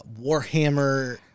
Warhammer